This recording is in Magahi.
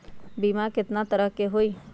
बीमा केतना तरह के होइ?